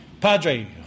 Padre